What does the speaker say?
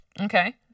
Okay